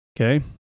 Okay